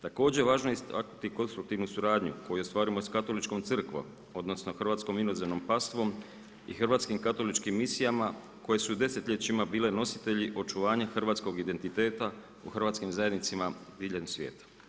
Također, važno je istaknuti konstruktivnu suradnju koju ostvarujemo sa Katoličkom crkvom odnosno Hrvatskom Inozemnom Pastvom i hrvatskim katoličkim misijama koje su desetljećima bile nositelji očuvanja hrvatskog identiteta u hrvatskim zajednicama diljem svijeta.